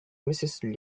mrs